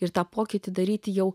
ir tą pokytį daryti jau